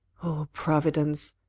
providence!